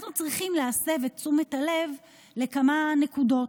אנחנו צריכים להסב את תשומת הלב לכמה נקודות: